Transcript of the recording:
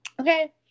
Okay